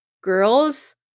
girls